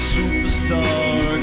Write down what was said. Superstar